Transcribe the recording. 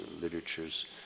literatures